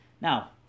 now